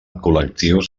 col·lectius